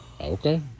Okay